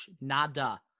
Nada